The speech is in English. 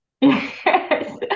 Yes